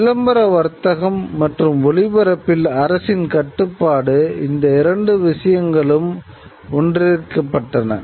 எனவே விளம்பர வர்த்தகம் மற்றும் ஒளிப்பரப்பில் அரசின் கட்டுப்பாடு இந்த இரண்டு விஷயங்களும் ஒன்றிணைக்கப்பட்டன